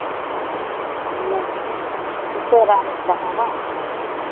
ᱦᱮᱸ ᱩᱥᱟᱹᱨᱟ ᱜᱚᱫ ᱫᱟᱠᱚ ᱵᱟᱝ